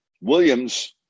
Williams